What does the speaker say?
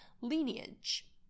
lineage